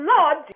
Lord